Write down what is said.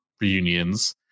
reunions